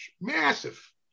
massive